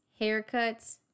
haircuts